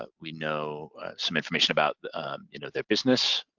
but we know some information about you know their business.